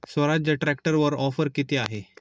स्वराज्य ट्रॅक्टरवर ऑफर किती आहे?